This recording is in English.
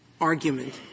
argument